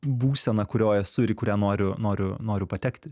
būsena kurioj esu ir į kurią noriu noriu noriu patekti